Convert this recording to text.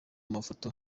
mafoto